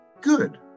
good